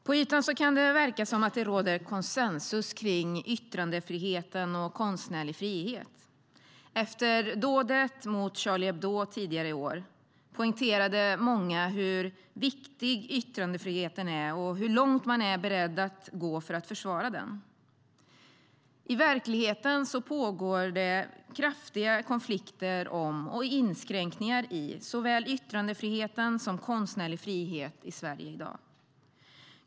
På ytan kan det verka som att det råder konsensus kring yttrandefriheten och den konstnärliga friheten. Efter dådet mot Charlie Hebdo tidigare i år poängterade många hur viktig yttrandefriheten är och hur långt man är beredd att gå för att försvara den. I verkligheten pågår det kraftiga konflikter om och inskränkningar i såväl yttrandefriheten som den konstnärliga friheten i Sverige i dag.